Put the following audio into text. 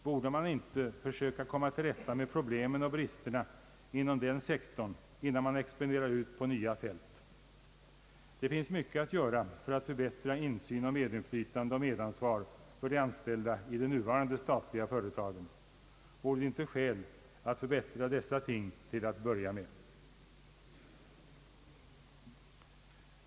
Borde man inte försöka komma till rätta med problemen och bristerna inom den sektorn innan man expanderar ut på nya fält? Det finns mycket att göra för att förbättra insyn, medinflytande och medansvar för de anställda i de nuvarande statliga företagen. Vore det inte skäl att förbättra dessa ting till att börja med?